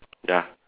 ya